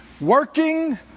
Working